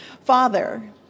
Father